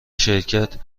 شرکت